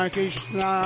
Krishna